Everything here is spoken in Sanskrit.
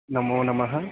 नमो नमः